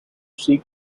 seek